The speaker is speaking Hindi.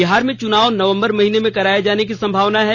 बिहार में चुनाव नवंबर महीने में कराये जाने की संभावना है